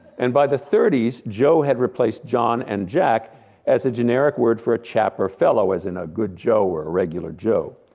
and by the thirty s, joe had replaced john and jack as a generic word for a chap or fellow, as in a good joe or a regular joe.